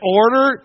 order